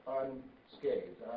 unscathed